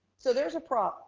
so there's a problem